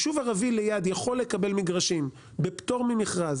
אישור ערבי סמוך יכול לקבל מגרשים בפטור ממכרז